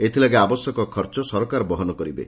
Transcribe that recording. ଏଥଲାଗି ଆବଶ୍ୟକ ଖର୍ଚ ସରକାର ବହନ କରିବେ